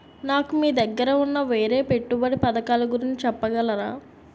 నాకు మీ దగ్గర ఉన్న వేరే పెట్టుబడి పథకాలుగురించి చెప్పగలరా?